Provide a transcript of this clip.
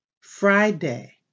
Friday